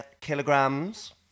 kilograms